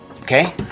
Okay